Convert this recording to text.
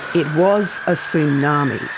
it was a tsunami.